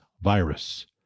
virus